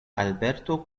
alberto